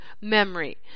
memory